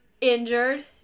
injured